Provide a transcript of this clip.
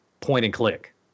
point-and-click